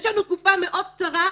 יש לנו תקופה מאוד קצרה,